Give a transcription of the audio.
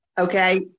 Okay